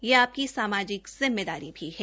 यह आपकी सामाजिक जिम्मेदारी भी है